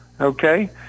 Okay